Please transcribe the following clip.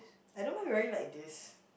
I don't mind wearing like this